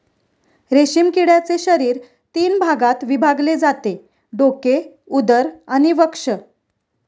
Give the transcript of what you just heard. रेशीम किड्याचे शरीर तीन भागात विभागले जाते डोके, उदर आणि वक्ष